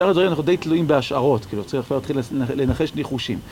הזה אנחנו די תלויים בהשערות, כאילו, צריך כבר להתחיל ל.. לנחש ניחושים.